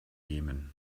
jemen